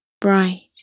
bright